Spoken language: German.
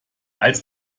als